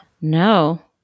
No